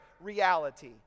reality